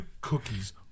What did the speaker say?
Cookies